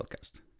podcast